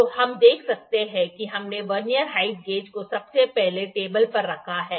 तो हम देख सकते हैं कि हमने वर्नियर हाइट गेज को सबसे पहले टेबल पर रखा है